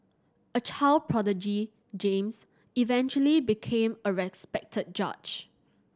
a child prodigy James eventually became a respected judge